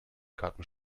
karten